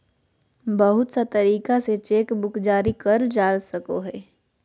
बहुत सा तरीका से चेकबुक जारी करल जा सको हय